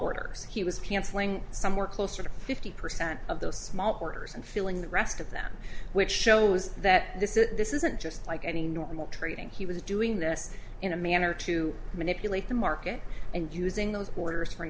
orders he was canceling somewhere closer to fifty percent of those small orders and filling the rest of them which shows that this is this isn't just like any normal trading he was doing this in a manner to manipulate the market and using those orders for an